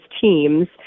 teams